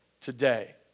today